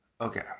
Okay